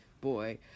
boy